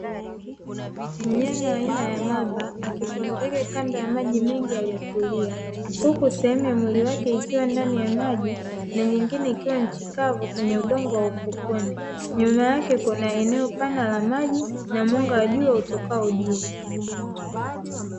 Mnyama aina ya mamba akipumzika kando ya maji mengi yaliyotulia huku sehemu ya mwili wake ikiwa ndani ya maji na nyingine ikiwa nchi kavu kwenye udongo wa ufukweni, nyuma yake kuna eneo pana la maji na mwanga wa jua utokao juu.